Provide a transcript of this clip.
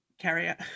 carrier